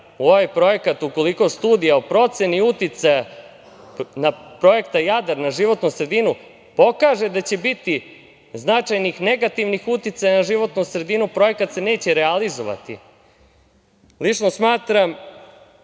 u ovaj projekat, ukoliko studija o proceni uticaja i projekat "Jadar" na životnu sredinu pokaže da će biti značajnih negativnih uticaja na životnu sredinu, projekat se neće realizovati. Lično smatram